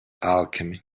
alchemy